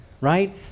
Right